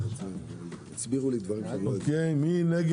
מי נמנע?